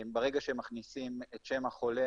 ברגע שמכניסים את שם החולה,